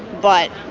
but